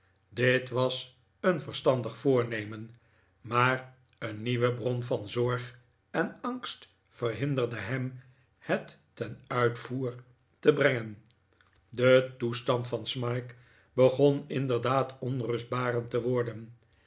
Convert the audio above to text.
dit was een verstandig voornemen maar een nieuwe bron van zorg en angst verhinderde hem het ten uitvoer te brengen de toestand van smike begon inderdaad onrustbarend te worden